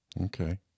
Okay